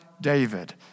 David